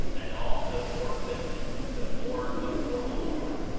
and also orphans to mourn before the lord,